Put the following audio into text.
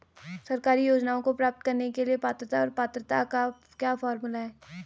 सरकारी योजनाओं को प्राप्त करने के लिए पात्रता और पात्रता का क्या फार्मूला है?